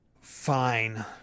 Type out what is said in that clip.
fine